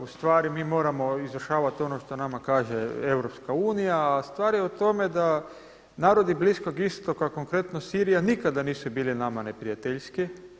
U stvari mi moramo izvršavati ono što nama kaže EU, a stvar je u tome da narodi Bliskog istoka konkretno Sirija nikada nisu bili nama neprijateljski.